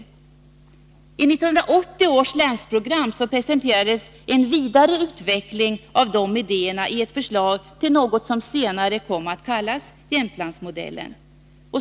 I 1980 års länsprogram presenterades en vidare utveckling av dessa idéer i ett förslag till något som senare kom att kallas Jämtlandsmodellen.